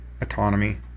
autonomy